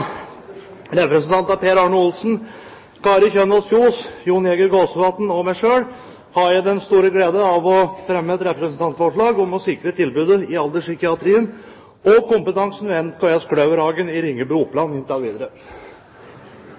Representanten Morten Ørsal Johansen vil framsette et representantforslag. På vegne av stortingsrepresentantene Per Arne Olsen, Kari Kjønaas Kjos, Jon Jæger Gåsvatn og meg selv har jeg den store glede å fremme et representantforslag om å sikre tilbudet i alderspsykiatrien og kompetansen ved NKS Kløverhagen i Ringebu, Oppland, inntil videre.